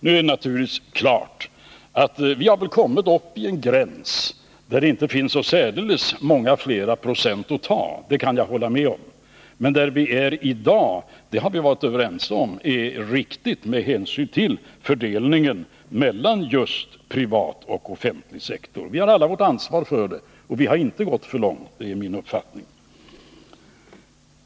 Nu är det naturligtvis klart att vi har kommit till en gräns, där det inte finns så särdeles många fler procent att ta, det kan jag hålla nied om. Men dagens nivå har vi varit överens om med hänsyn till fördelningen mellan just privat och offentlig sektor. Vi har alla vårt ansvar för det, och vi har inte gått för långt. Det är min uppfattning.